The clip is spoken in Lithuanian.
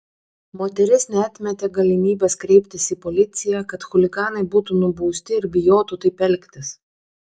moteris neatmetė galimybės kreiptis į policiją kad chuliganai būtų nubausti ir bijotų taip elgtis